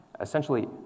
Essentially